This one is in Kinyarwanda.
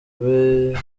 bibi